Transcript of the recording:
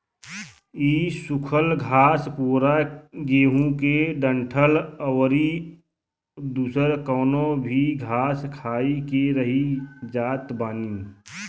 इ सुखल घास पुअरा गेंहू के डंठल अउरी दुसर कवनो भी घास खाई के रही जात बानी